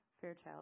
Fairchild